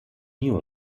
knew